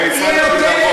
במשרד הביטחון.